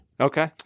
Okay